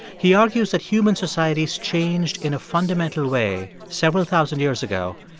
he argues that human societies changed in a fundamental way several thousand years ago,